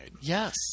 Yes